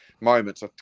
moments